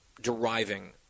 deriving